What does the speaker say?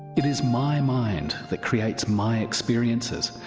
it is my mind that creates my experiences.